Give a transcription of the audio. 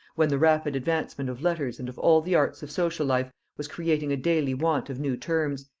when the rapid advancement of letters and of all the arts of social life was creating a daily want of new terms,